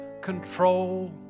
control